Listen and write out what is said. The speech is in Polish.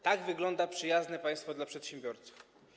Tak wygląda przyjazne państwo dla przedsiębiorców.